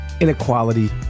inequality